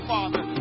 Father